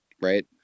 Right